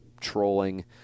trolling